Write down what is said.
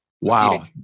Wow